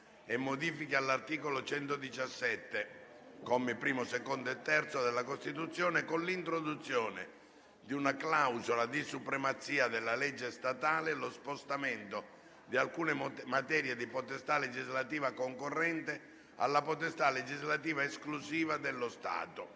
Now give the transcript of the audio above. e modifiche all'articolo 117, commi primo, secondo e terzo, della Costituzione, con l'introduzione di una clausola di supremazia della legge statale e lo spostamento di alcune materie di potestà legislativa concorrente alla potestà legislativa esclusiva dello Stato***